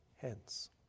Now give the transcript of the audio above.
hence